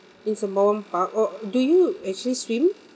in sembawang park or do you actually swim